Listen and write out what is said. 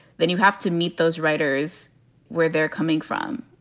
then you have to meet those writers where they're coming from,